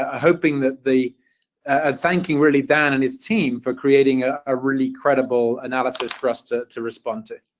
ah hoping that the ah thanking really dan and his team for creating a ah really credible analysis for us to to respond to.